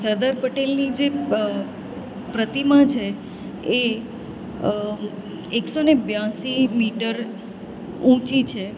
સરદાર પટેલની જે પ્રતિમા છે એ એકસોને બ્યાસી મીટર ઊંચી છે